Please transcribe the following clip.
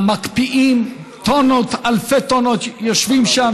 מקפיאים, טונות, אלפי טונות יושבים שם.